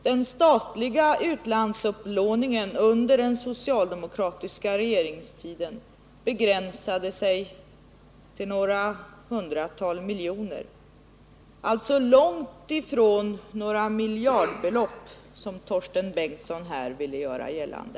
Den statliga utlandsupplåningen under den socialdemokratiska regeringstiden begränsade sig till några hundratal miljoner — alltså långt ifrån några miljardbelopp, som Torsten Bengtson här vill göra gällande.